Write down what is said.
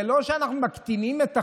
זה לא שאנחנו מקטינים את החוב,